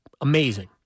amazing